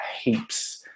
heaps